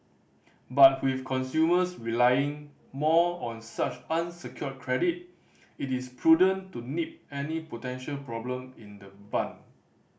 but with consumers relying more on such unsecured credit it is prudent to nip any potential problem in the bun